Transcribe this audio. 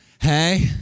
hey